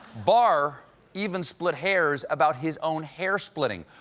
barr even split hairs about his own hair-splitting.